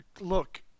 Look